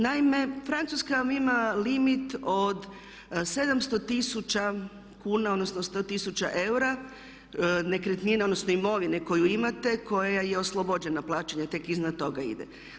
Naime, Francuska vam ima limit od 700 tisuća kuna, odnosno 100 tisuća eura nekretnina, odnosno imovine koju imate koja je oslobođena plaćanja, tek iznad toga ide.